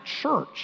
church